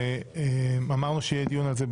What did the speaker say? זה מתקשר גם לדברים אחרים שאמרו.